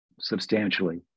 substantially